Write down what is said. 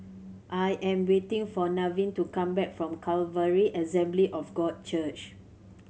I am waiting for Nevin to come back from Calvary Assembly of God Church